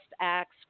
acts